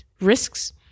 risks